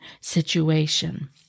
situation